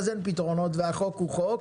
אז אין פתרונות והחוק הוא חוק.